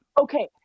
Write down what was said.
Okay